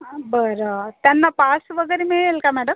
हा बरं त्यांना पास वगैरे मिळेल का मॅडम